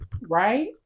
Right